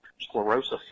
Sclerosis